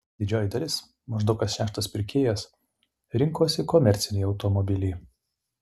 didžioji dalis maždaug kas šeštas pirkėjas rinkosi komercinį automobilį